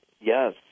Yes